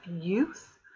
youth